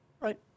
Right